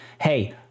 Hey